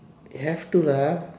you have to lah